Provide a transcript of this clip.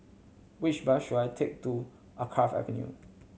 which bus should I take to Alkaff Avenue